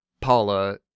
Paula